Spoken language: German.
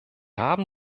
haben